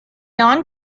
non